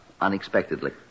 unexpectedly